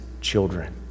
children